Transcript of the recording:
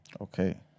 Okay